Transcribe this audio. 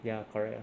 ya correct uh